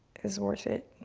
is worth it,